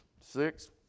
six